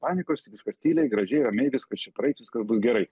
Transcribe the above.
panikos viskas tyliai gražiai ramiai viskas čia praeis viskas bus gerai